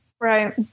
Right